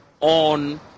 on